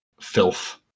filth